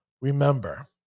remember